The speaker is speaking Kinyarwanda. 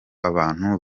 abantu